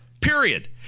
period